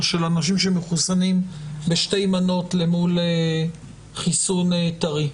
או של אנשים מחוסנים בשתי מנות למול חיסון טרי.